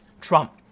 Trump